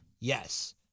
Yes